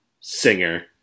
singer